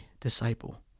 disciple